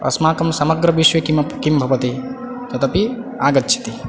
अस्माकं समग्रविश्वे किमप् किं भवति तदपि आगच्छति